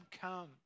come